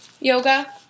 yoga